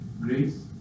grace